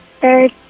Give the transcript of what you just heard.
Third